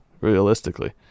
realistically